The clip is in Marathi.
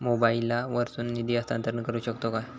मोबाईला वर्सून निधी हस्तांतरण करू शकतो काय?